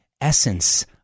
essence